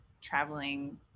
traveling